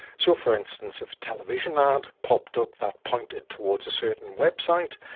so, for instance, if a television ad popped up that pointed towards a certain website,